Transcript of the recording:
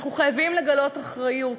אנחנו חייבים לגלות אחריות.